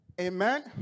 Amen